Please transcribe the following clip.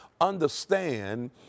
understand